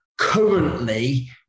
Currently